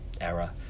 era